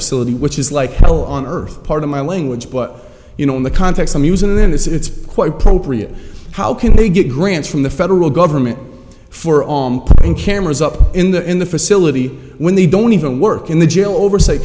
facility which is like hell on earth pardon my language but you know in the context i'm using it in this it's quite appropriate how can they get grants from the federal government for cameras up in the in the facility when they don't even work in the jail oversight